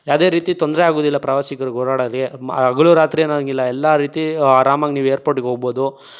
ಯಾವುದೇ ರೀತಿ ತೊಂದರೆ ಆಗೋದಿಲ್ಲ ಪ್ರವಾಸಿಗರಿಗೆ ಓಡಾಡಲ್ಲಿ ಹಗಲು ರಾತ್ರಿ ಅನ್ನೋ ಹಾಗಿಲ್ಲ ಎಲ್ಲ ರೀತಿ ಆರಾಮಾಗಿ ನೀವು ಏರ್ಪೋರ್ಟಿಗೆ ಹೋಗ್ಬೋದು